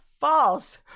false